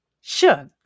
Sure